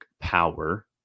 power